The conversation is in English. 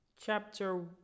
chapter